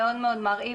מה שאפיין את טוהר,